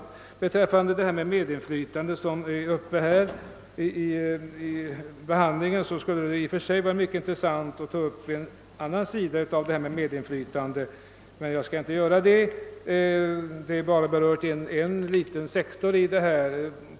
Vad beträffar medinflytandet, som också har behandlats, skulle det i och för sig vara mycket intressant att grundligare ta upp en annan sida av saken, men jag skall inte göra det. Här har bara en liten sektor berörts.